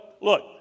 look